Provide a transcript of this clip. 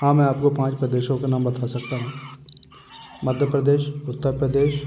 हाँ मैं आपको पाँच प्रदेशों के नाम बता सकता हूँ मध्य प्रदेश उत्तर प्रदेश